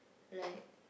like